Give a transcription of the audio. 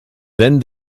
then